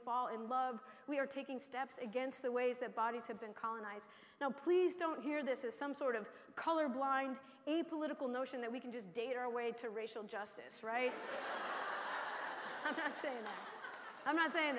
fall in love we are taking steps against the ways that bodies have been colonized now please don't here this is some sort of colorblind political notion that we can just date our way to racial justice right and say i'm not saying